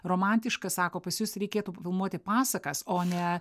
romantiška sako pas jus reikėtų filmuoti pasakas o ne